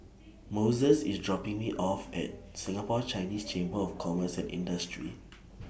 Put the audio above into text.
Moses IS dropping Me off At Singapore Chinese Chamber of Commerce and Industry